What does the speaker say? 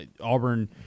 Auburn